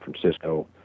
Francisco